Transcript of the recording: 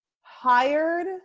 hired